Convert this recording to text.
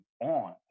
on